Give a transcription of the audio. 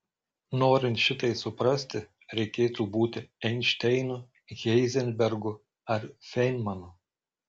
norint šitai suprasti reikėtų būti einšteinu heizenbergu arba feinmanu